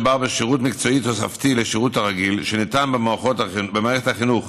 מדובר בשירות מקצועי תוספתי לשירות הרגיל שניתן במערכת החינוך